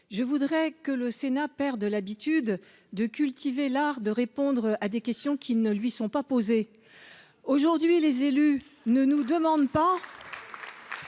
Je voudrais que le Sénat perde l’habitude de cultiver l’art de répondre à des questions qui ne lui sont pas posées. Aujourd’hui, les élus ne nous demandent